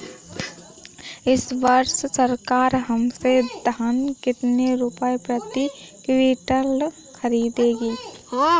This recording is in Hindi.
इस वर्ष सरकार हमसे धान कितने रुपए प्रति क्विंटल खरीदेगी?